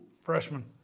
Freshman